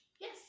Yes